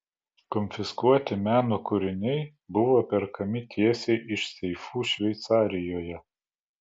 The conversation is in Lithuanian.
konfiskuoti meno kūriniai buvo perkami tiesiai iš seifų šveicarijoje